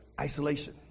isolation